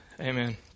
Amen